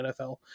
NFL